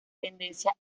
tendencia